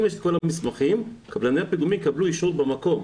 אם יש את המסמכים קבלני הפיגומים יקבלו אישור במקום.